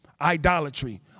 idolatry